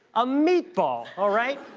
a meatball, all right?